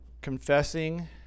confessing